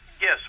Yes